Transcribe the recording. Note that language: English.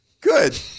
Good